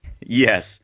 Yes